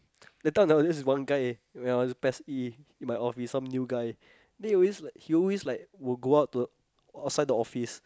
that time there was this one guy when I was P_E_S E in my office some new guy then he always like he always like will go out to outside the office